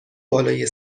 بالای